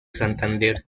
santander